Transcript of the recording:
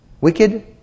wicked